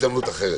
בהזדמנות אחרת.